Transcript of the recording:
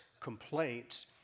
complaints